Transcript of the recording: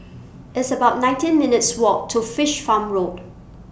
It's about nineteen minutes' Walk to Fish Farm Road